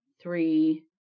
three